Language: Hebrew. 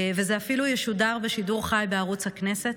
וזה אפילו ישודר בשידור חי בערוץ הכנסת.